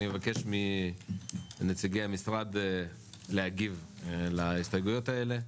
אני מבקש מנציגי המשרד להגיב על ההסתייגויות האלה,